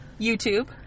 YouTube